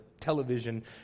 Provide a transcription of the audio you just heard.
television